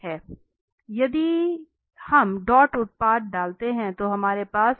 इसलिए यदि हम डॉट उत्पाद डालते हैं तो हमारे पास है